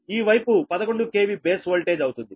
ఈ వైపు 11 KV base voltage అవుతుంది